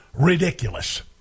ridiculous